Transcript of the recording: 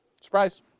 Surprise